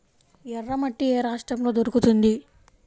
ఎర్రమట్టి ఏ రాష్ట్రంలో దొరుకుతుంది?